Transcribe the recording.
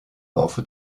laufe